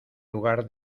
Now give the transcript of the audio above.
lugar